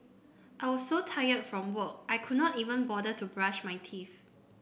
I were so tired from work I could not even bother to brush my teeth